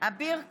אביר קארה,